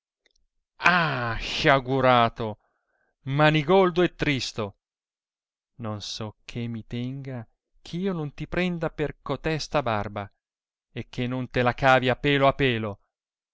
ah sciagurato manigoldo e tristo non so che mi tenga eh io non ti prenda per cotesta barba e che non te la cavi a pelo a pelo